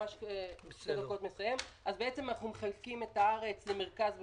אנחנו מחלקים את הארץ למרכז ופריפריה.